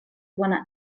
bona